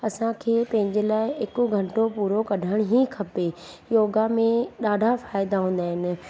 असांखे पंहिंजे लाइ हिकु घंटो पूरो कढण ई खपे योगा में ॾाढा फ़ाइदा हूंदा आहिनि